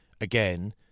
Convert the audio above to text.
again